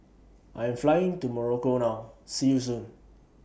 I Am Flying to Morocco now See YOU Soon